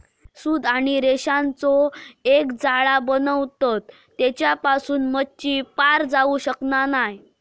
सूत आणि रेशांचो एक जाळा बनवतत तेच्यासून मच्छी पार जाऊ शकना नाय